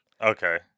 Okay